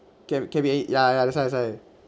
can can be it ya ya that's why that's why